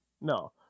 No